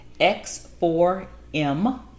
X4M